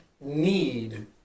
need